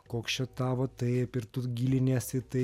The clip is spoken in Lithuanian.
koks čia tavo taip ir tu giliniesi į tai